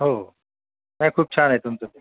हो नाही खूप छान आहे तुमचं ते